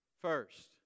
first